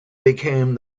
became